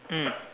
mm